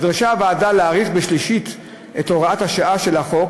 על כך נדרשה הוועדה להאריך בשלישית את הוראת השעה של החוק,